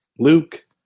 Luke